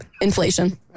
Inflation